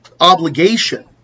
obligation